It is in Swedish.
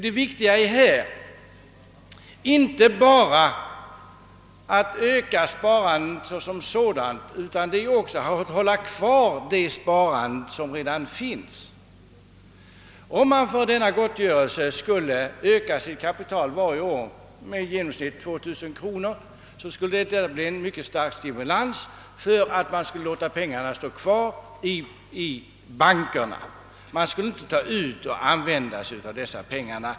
Det viktiga är här inte bara att öka sparandet som sådant utan också att hålla kvar det sparande som finns. Om man skulle öka sitt kapital varje år med i genomsnitt 2000 kronor, skulle denna gottgörelse bli en stark stimulans att låta pengarna stå kvar i bankerna. Man skulle inte ta ut och använda dessa pengar.